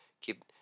keep